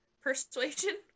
persuasion